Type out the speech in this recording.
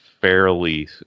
fairly